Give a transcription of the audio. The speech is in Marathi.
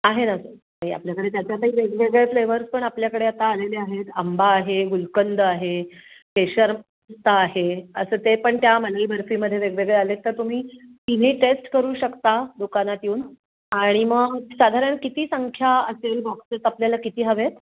आहे ना ताई आपल्याकडे त्याच्यातही वेगवेगळे फ्लेवर्स पण आपल्याकडे आता आलेले आहेत आंबा आहे गुलकंद आहे केशर पिस्ता आहे असं ते पण त्या मलई बर्फीमध्ये वेगवेगळे आले आहेत तर तुम्ही तिन्ही टेस्ट करू शकता दुकानात येऊन आणि मग साधारण किती संख्या असेल बॉक्सेस आपल्याला किती हवे आहेत